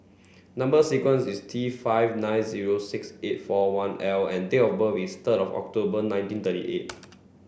number sequence is T five nine zero six eight four one L and date of birth is third of October nineteen thirty eight